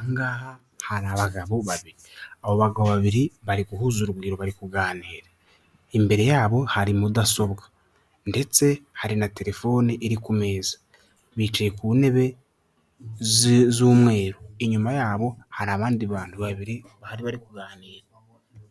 Aha ngaha hari abagabo babiri. Abo bagabo babiri bari guhuza urugwiro bari kuganira. Imbere yabo hari mudasobwa ndetse hari na telefoni iri ku meza. Bicaye ku ntebe z'umweru, inyuma yabo hari abandi bantu babiri bahari bari kuganira.